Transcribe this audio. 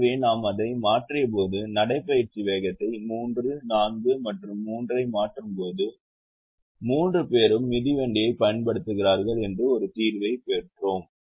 எனவே நாம் அதை மாற்றியபோது நடைபயிற்சி வேகத்தை 3 4 மற்றும் 3 ஐ மாற்றும்போது மூன்று பேரும் மிதிவண்டியைப் பயன்படுத்துகிறார்கள் என்று ஒரு தீர்வைப் பெற்றோம்